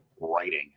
writing